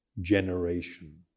generation